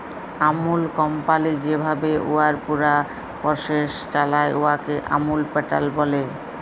আমূল company যেভাবে উয়ার পুরা পরসেস চালায়, উয়াকে আমূল প্যাটার্ল ব্যলে